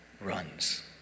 runs